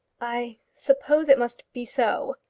i suppose it must be so.